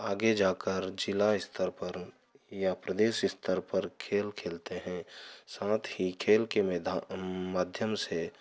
आगे जाकर ज़िला स्तर पर या प्रेदश स्तर पर खेल खेलते हैं साथ ही खेल के मैदा माध्यम से